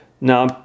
Now